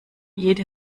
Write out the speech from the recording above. jede